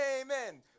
amen